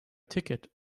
ticket